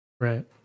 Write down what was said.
Right